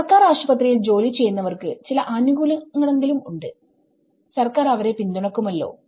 സർക്കാർ ആശുപത്രിയിൽ ജോലി ചെയ്യുന്നവർക്ക് ചില ആനുകൂല്യങ്ങളെങ്കിലും ഉണ്ട് സർക്കാർ അവരെ പിന്തുണക്കുമല്ലോ